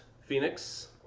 Phoenix